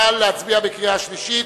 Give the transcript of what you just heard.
נא להצביע בקריאה שלישית.